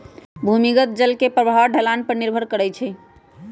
भूमिगत जल के बहाव ढलान पर निर्भर करई छई